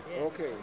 Okay